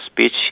speech